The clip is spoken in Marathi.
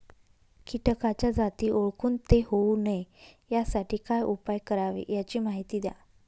किटकाच्या जाती ओळखून ते होऊ नये यासाठी काय उपाय करावे याची माहिती द्या